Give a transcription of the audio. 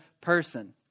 person